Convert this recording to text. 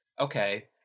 okay